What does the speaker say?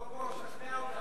יש, יש, בוא, בוא, שכנע אותנו.